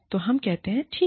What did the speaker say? तो हम कहते हैं ठीक है